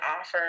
offer